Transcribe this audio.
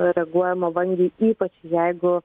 reaguojama vangiai ypač jeigu